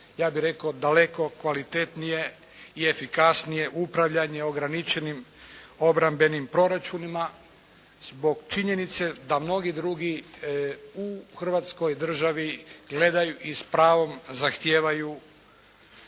ja bih rekao daleko kvalitetnije i efikasnije upravljanje u ograničenim obrambenim proračunima zbog činjenice da mnogi drugi u Hrvatskoj državi gledaju i s pravom zahtijevaju